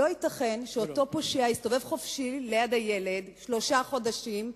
לא ייתכן שאותו פושע יסתובב חופשי ליד הילד שלושה חודשים,